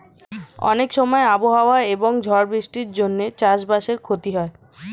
অনেক সময় আবহাওয়া এবং ঝড় বৃষ্টির জন্যে চাষ বাসের ক্ষতি হয়